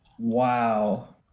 Wow